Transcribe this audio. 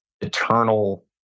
eternal